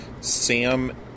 Sam